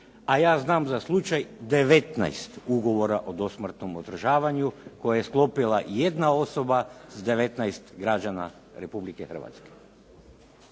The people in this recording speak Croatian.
a ja znam za slučaj devetnaest ugovora o dosmrtnom održavanju koje je sklopila jedna osoba s 19 građana Republike Hrvatske.